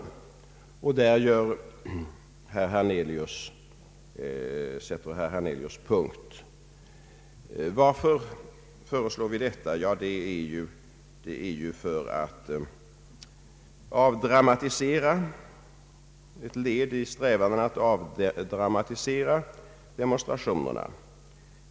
Där sätter herr Hernelius punkt. Varför föreslår vi detta? Jo, det är ett led i strävandena att avdramaltisera demonstrationerna.